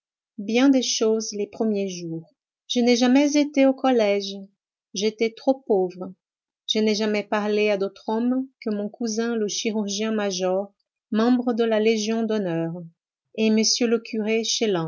bien des choses les premiers jours je n'ai jamais été au collège j'étais trop pauvre je n'ai jamais parlé à d'autres hommes que mon cousin le chirurgien-major membre de la légion d'honneur et m le curé